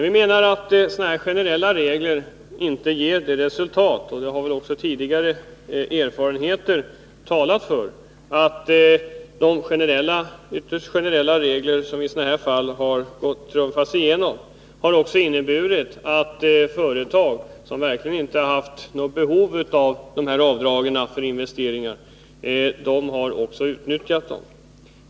Vi menar — och det har också tidigare erfarenheter talat för — att de ytterst generella regler som i sådana här fall trumfats igenom har inneburit att också företag som verkligen inte haft något behov av de här avdragen för investeringar utnyttjat dem.